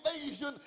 invasion